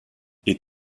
est